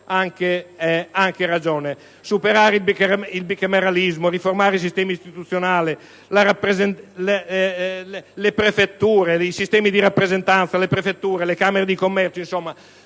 anche ragione. Superare il bicameralismo, riformare il sistema istituzionale, i sistemi di rappresentanza, le prefetture, le camere di commercio: